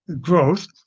growth